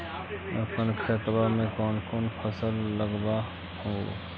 अपन खेतबा मे कौन कौन फसल लगबा हू?